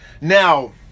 Now